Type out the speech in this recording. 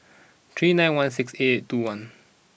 three nine one six eight two one